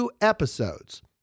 episodes